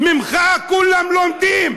דבר יפה,